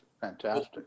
Fantastic